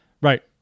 Right